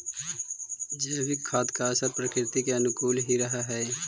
जैविक खाद का असर प्रकृति के अनुकूल ही रहअ हई